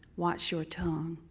watch your tongue,